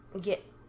get